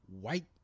white